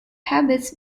habits